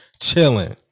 chilling